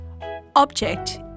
Object